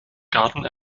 garten